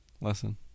Lesson